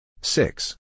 six